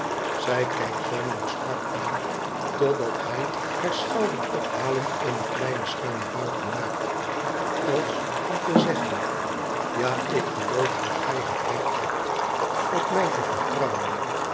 zij kijkt twemlow strak aan totdat hij haar schouderophalend eene kleine schuine buiging maakt als om te zeggen ija ik geloof dat gij het recht hebt op mij te vertrouwen